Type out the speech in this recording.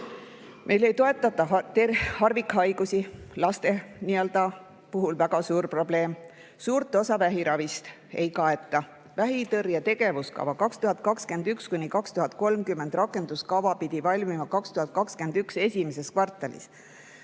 Meil ei toetata harvikhaiguste [ravi], see on laste puhul väga suur probleem. Suurt osa vähiravist ei kaeta. Vähitõrje tegevuskava 2021–2030 rakenduskava pidi valmima 2021. aasta esimeses kvartalis.